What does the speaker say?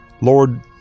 Lord